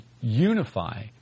unify